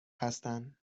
هستن